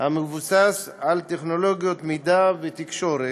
המבוסס על טכנולוגיות מידע ותקשורת.